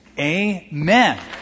Amen